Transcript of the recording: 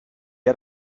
hat